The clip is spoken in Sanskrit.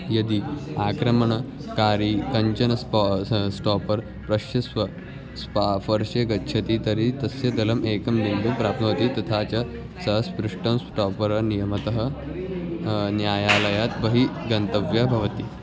यदि आक्रमणकारी कञ्चन स्पोस् स्टोपर् पश्य स्वस्य स्पा पार्श्वे गच्छति तर्हि तस्य दलम् एकं बिन्दुः प्राप्नोति तथा च सः स्पृष्टं स्टापरर् नियमतः न्यायालयात् बहिः गन्तव्यः भवति